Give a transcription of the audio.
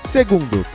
Segundo